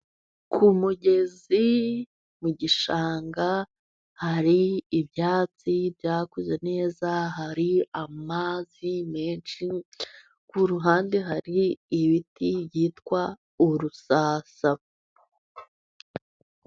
Ku mugezi mu gishanga, hari ibyatsi byakuze neza, hari amazi menshi, ku ruhande hari ibiti byitwa Urusasa.